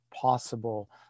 possible